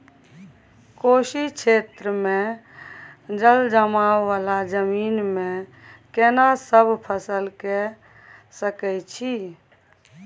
कोशी क्षेत्र मे जलजमाव वाला जमीन मे केना सब फसल के सकय छी?